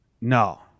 No